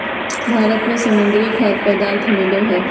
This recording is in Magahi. भारत में समुद्री खाद्य पदार्थ मिलो हइ